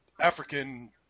African